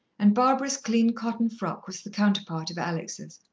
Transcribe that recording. and barbara's clean cotton frock was the counterpart of alex'.